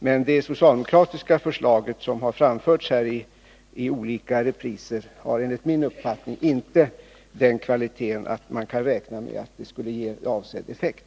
Men det socialdemokratiska förslag som här framförts i olika repriser har enligt min uppfattning inte den kvaliteten att man kan räkna med att det skulle ge avsedd effekt.